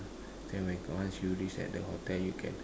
then when once you reach at the hotel you can